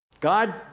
God